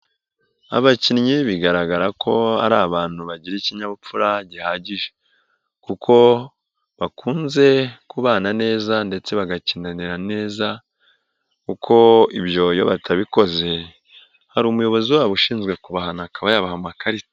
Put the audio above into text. Abakinnyi bigaragara ko ari abantu bagira ikinyabupfura gihagije kuko bakunze kubana neza ndetse bagakinanira neza, kuko ibyo iyo batabikoze hari umuyobozi wabo ushinzwe kubahana akaba yabaha amakarita.